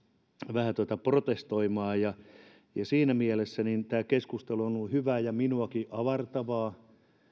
vähän tätä protestoimaan ja siinä mielessä tämä keskustelu on on ollut hyvää ja minuakin avartavaa